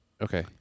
Okay